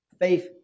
Faith